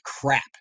crap